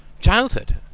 childhood